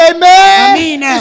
Amen